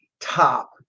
top